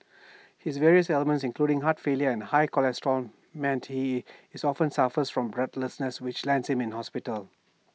his various ailments including heart failure and high cholesterol meant he is often suffers from breathlessness which lands him in hospital